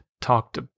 talked